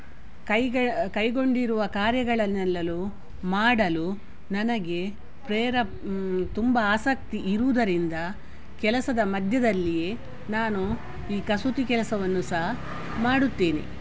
ಕೈಗೆ ಕೈಗೊಂಡಿರುವ ಕಾರ್ಯಗಳನ್ನೆಲ್ಲ ಮಾಡಲು ನನಗೆ ಪ್ರೇರ ತುಂಬ ಆಸಕ್ತಿ ಇರುವುದರಿಂದ ಕೆಲಸದ ಮಧ್ಯದಲ್ಲಿಯೇ ನಾನು ಈ ಕಸೂತಿ ಈ ಕೆಲಸವನ್ನು ಸಹ ಮಾಡುತ್ತೇನೆ